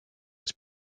was